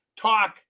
talk